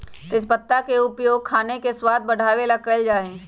तेजपत्ता के उपयोग खाने के स्वाद बढ़ावे ला कइल जा हई